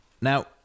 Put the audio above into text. Now